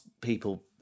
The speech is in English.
people